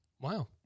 Wow